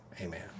amen